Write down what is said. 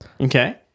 Okay